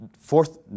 fourth